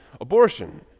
abortion